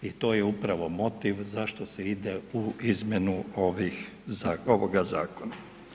I to je upravo motiv zašto se ide u izmjenu ovoga zakona.